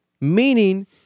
Meaning